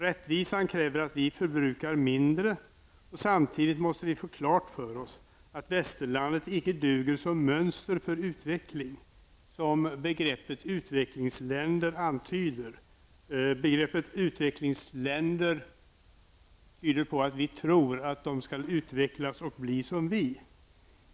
Rättvisan kräver att vi förbrukar mindre, och samtidigt måste vi få klart för oss att västerlandet inte duger som mönster för utveckling, som begreppet utvecklingsländer antyder. Begreppet utvecklingsländer tyder på att vi tror att de länderna skall utvecklas och bli som vårt eget.